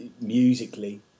musically